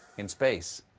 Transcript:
in space,